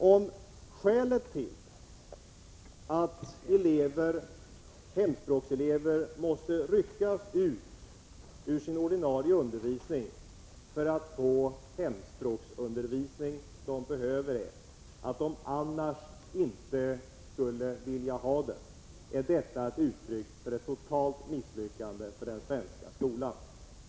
Om skälet till att hemspråkselever måste ryckas ut ur sin ordinarie undervisning för att få den hemspråksundervisning de behöver är att de annars inte skulle vilja ha den, är detta ett uttryck för ett totalt misslyckande för den svenska skolan.